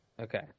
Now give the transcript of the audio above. Okay